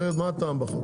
אחרת מה הטעם בחוק?